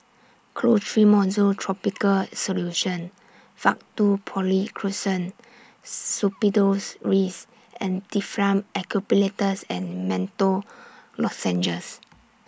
Clotrimozole Topical Solution Faktu Policresulen Suppositories and Difflam Eucalyptus and Menthol Lozenges